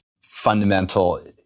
fundamental